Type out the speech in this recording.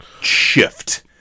shift